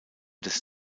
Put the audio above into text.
des